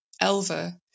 Elva